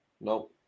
No